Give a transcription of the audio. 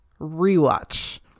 rewatch